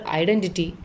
identity